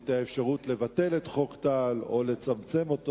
את האפשרות לבטל את חוק טל או לצמצם אותו.